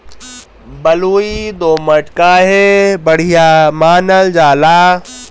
बलुई दोमट काहे बढ़िया मानल जाला?